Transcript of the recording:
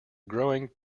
growing